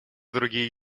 другие